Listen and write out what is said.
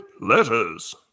Letters